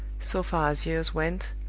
so far as years went,